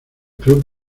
club